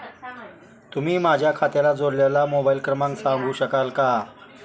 तुम्ही माझ्या खात्याला जोडलेला मोबाइल क्रमांक सांगू शकाल का?